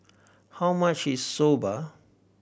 how much is Soba